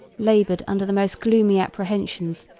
labored under the most gloomy apprehensions,